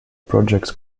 projects